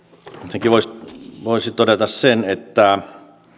ensinnäkin voisi todeta sen että